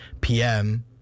PM